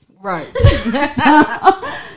right